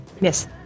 yes